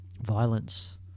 violence